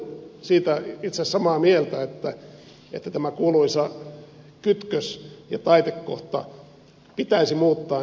olen siitä itse asiassa samaa mieltä että tämä kuuluisa kytkös ja taitekohta pitäisi muuttaa